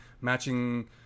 matching